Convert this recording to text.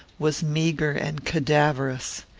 was meagre and cadaverous.